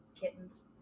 kittens